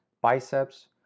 biceps